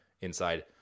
inside